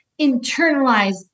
internalize